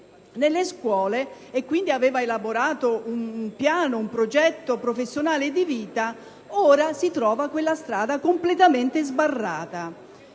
nelle scuole, e quindi aver elaborato un progetto professionale e di vita, ora si trova quella strada completamente sbarrata.